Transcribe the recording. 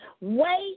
Wait